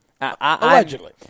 Allegedly